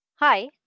Hi